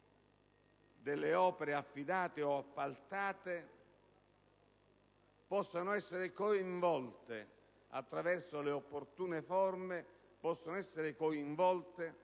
delle opere affidate o appaltate possano essere coinvolte, attraverso le opportune forme, nell'esecuzione